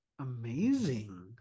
Amazing